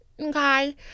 okay